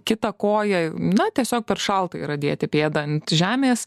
kitą koją na tiesiog per šalta yra dėti pėdą ant žemės